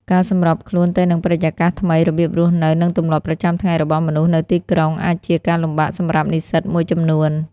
ការសម្របខ្លួនទៅនឹងបរិយាកាសថ្មី របៀបរស់នៅ និងទម្លាប់ប្រចាំថ្ងៃរបស់មនុស្សនៅទីក្រុង អាចជាការលំបាកសម្រាប់និស្សិតមួយចំនួន។